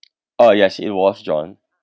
uh yes it was john